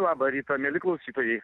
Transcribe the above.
labą rytą mieli klausytojai